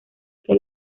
que